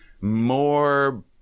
more